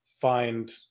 find